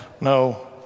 No